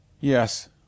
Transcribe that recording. Yes